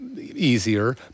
easier